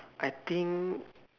I think